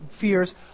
fears